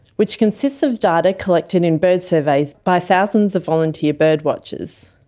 which consists of data collected in bird surveys by thousands of volunteer birdwatchers.